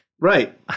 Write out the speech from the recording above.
Right